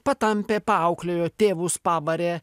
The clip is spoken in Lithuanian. patampė paauklėjo tėvus pabarė